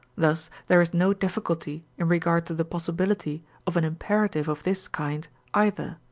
thus there is no difficulty in regard to the possibility of an imperative of this kind either.